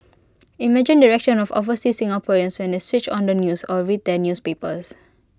imagine the reactions of overseas Singaporeans when they switched on the news or read their newspapers